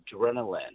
adrenaline